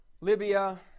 Libya